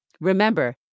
Remember